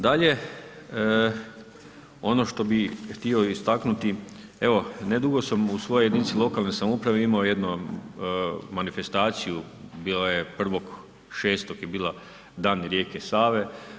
Dalje, ono što bih htio istaknuti, evo, nedugo sam u svojoj jedinici lokalne samouprave imao jedno manifestaciju, bilo je 1.6. je bila dan rijeke Save.